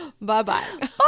Bye-bye